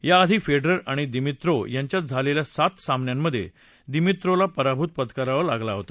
या आधी फेडरर आणि दिमीत्रोव यांच्यात झालेल्या सात सामन्यांमधे दिमोत्रोला पराभव पत्कारावा लागला होता